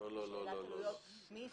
במצב שלא יתנו זכויות עודפות.